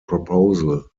proposal